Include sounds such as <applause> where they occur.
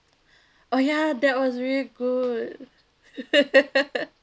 oh ya that was really good <laughs>